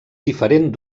diferent